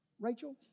Rachel